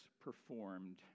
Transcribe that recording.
performed